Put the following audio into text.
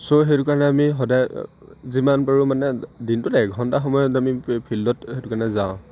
চ' সেইটো কাৰণে আমি সদায় যিমান পাৰোঁ মানে দিনটোত এঘণ্টা সময়ত আমি ফিল্ডত সেইটো কাৰণে যাওঁ